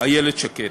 איילת שקד.